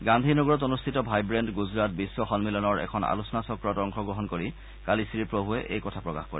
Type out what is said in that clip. গান্ধী নগৰত অনুষ্ঠিত ভাইব্ৰেণ্ট গুজৰাট বিশ্ব সন্মিলনৰ এখন আলোচনাচক্ৰত অংশগ্ৰহণ কৰি কালি শ্ৰীপ্ৰভূৱে এই কথা প্ৰকাশ কৰে